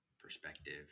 perspective